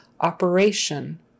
Operation